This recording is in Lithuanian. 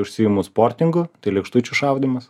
užsiimu sportingu tai lėkštučių šaudymas